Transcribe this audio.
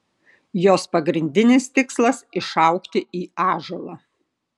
jos pagrindinis tikslas išaugti į ąžuolą